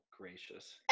gracious